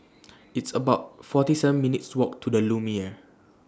It's about forty seven minutes' Walk to The Lumiere